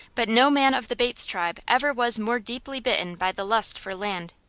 but no man of the bates tribe ever was more deeply bitten by the lust for land.